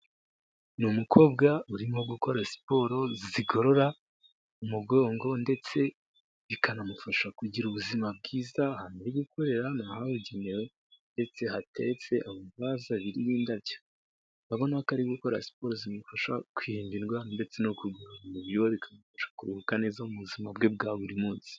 Ni umukobwa urimo gukora siporo zigorora umugongo ndetse bikanamufasha kugira ubuzima bwiza ahantu ari gukorera ni ahabugenewe ndetse hateretse amavaze abiri y'indabyo, urabona ko ari gukora siporo zimufasha kwirinda indwara ndetse no ku mubiri we bikamufasha kuruhuka neza mu buzima bwe bwa buri munsi.